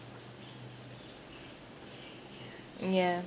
mm yeah